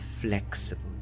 flexible